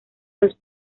los